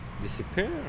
disappear